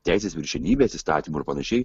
teisės viršenybės įstatymų ir panašiai